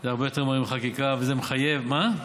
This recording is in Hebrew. זה הרבה יותר מהיר מחקיקה, וזה מחייב, מה?